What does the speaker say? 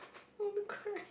I want to cry